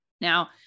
Now